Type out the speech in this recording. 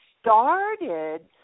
started